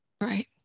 Right